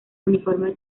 uniforme